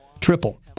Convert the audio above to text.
triple